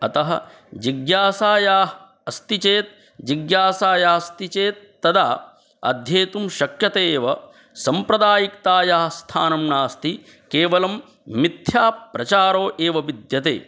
अतः जिज्ञासा या अस्ति चेत् जिज्ञासा या अस्ति चेत् तदा अध्येतुं शक्यते एव साम्प्रदायिकतायाः स्थानं नास्ति केवलं मिथ्याप्रचारः एव विद्यते